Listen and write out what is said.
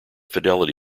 fidelity